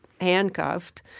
handcuffed